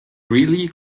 really